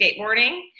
skateboarding